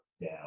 down